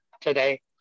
today